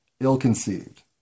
ill-conceived